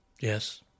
Yes